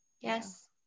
Yes